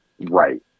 Right